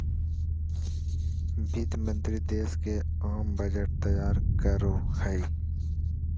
वित्त मंत्रि देश के आम बजट तैयार करो हइ